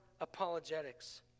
apologetics